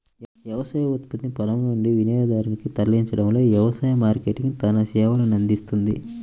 వ్యవసాయ ఉత్పత్తిని పొలం నుండి వినియోగదారునికి తరలించడంలో వ్యవసాయ మార్కెటింగ్ తన సేవలనందిస్తుంది